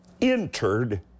entered